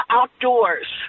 Outdoors